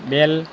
બેલ